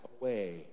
away